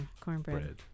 cornbread